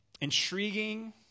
intriguing